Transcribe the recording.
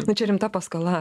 bet čia rimta paskola